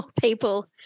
people